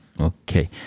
Okay